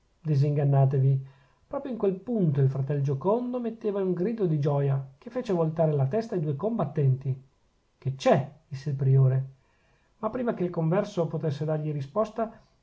morto disingannatevi proprio in quel punto il fratello giocondo metteva un grido di gioia che fece voltare la testa ai due combattenti che c'è disse il priore ma prima che il converso potesse dargli risposta